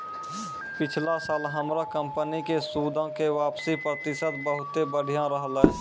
पिछला साल हमरो कंपनी के सूदो के वापसी प्रतिशत बहुते बढ़िया रहलै